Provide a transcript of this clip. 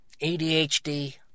ADHD